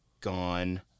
gone